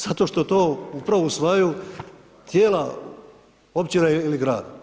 Zato što to upravo usvajaju tijela općina i grada.